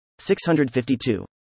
652